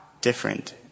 different